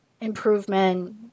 improvement